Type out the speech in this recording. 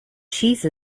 cheese